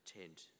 tent